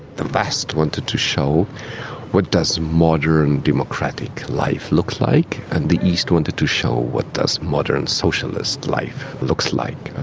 the west wanted to show what does modern democratic life look like and the east wanted to show what does modern socialist life look like.